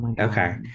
Okay